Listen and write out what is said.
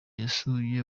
yasuye